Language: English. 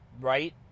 right